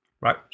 right